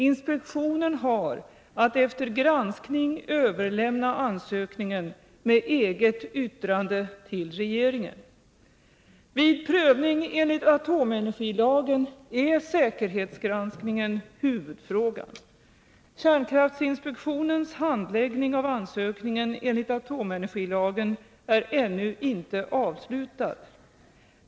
Inspektionen har att efter granskning överlämna ansökningen med eget yttrande till regeringen. Vid prövning enligt atomenergilagen är säkerhetsgranskningen huvudfrågan. Kärnkraftinspektionens handläggning av ansökningen enligt atomenergilagen är ännu inte avslutad.